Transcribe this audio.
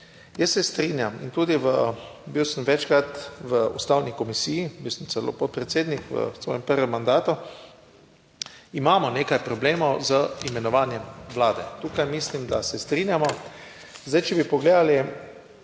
Jaz se strinjam in tudi bil sem večkrat v Ustavni komisiji, bil sem celo podpredsednik v svojem prvem mandatu, imamo nekaj problemov z imenovanjem vlade. Tukaj mislim, da se strinjamo. Zdaj, če bi pogledali